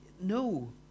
No